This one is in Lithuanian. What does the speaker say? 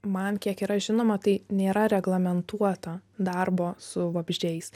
man kiek yra žinoma tai nėra reglamentuota darbo su vabzdžiais